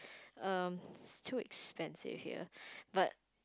um too expensive here but